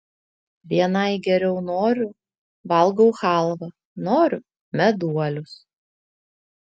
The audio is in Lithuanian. vienai geriau noriu valgau chalvą noriu meduolius